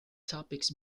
topics